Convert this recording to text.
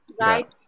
right